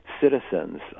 citizens